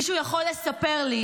מישהו יכול לספר לי